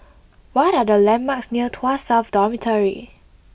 what are the landmarks near Tuas South Dormitory